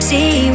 See